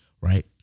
right